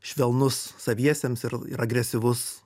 švelnus saviesiems ir ir agresyvus